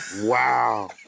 wow